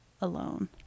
alone